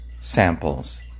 samples